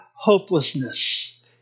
hopelessness